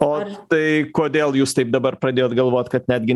o tai kodėl jūs taip dabar pradėjot galvot kad netgi